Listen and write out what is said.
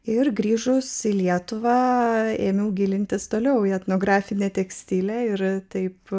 ir grįžus į lietuvą ėmiau gilintis toliau į etnografinę tekstilę ir taip